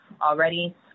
already